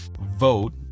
vote